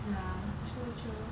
ah true true